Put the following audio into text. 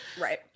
right